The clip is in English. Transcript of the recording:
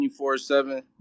24/7